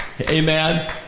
amen